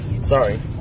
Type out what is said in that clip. Sorry